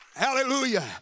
Hallelujah